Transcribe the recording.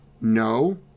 No